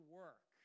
work